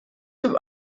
zum